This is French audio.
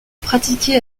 pratiqué